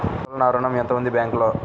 అసలు నా ఋణం ఎంతవుంది బ్యాంక్లో?